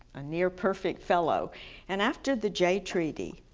a near perfect fellow and after the jay treaty,